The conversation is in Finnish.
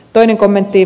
toinen kommentti